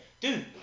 dude